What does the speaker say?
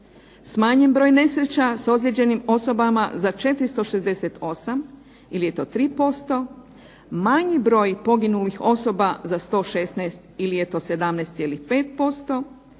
Smanjen broj nesreća s ozlijeđenim osobama za 468 ili je to 3%. Manji broj poginulih osoba za 116 ili je to 17,5%.